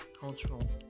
cultural